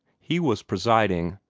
he was presiding,